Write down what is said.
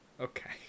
Okay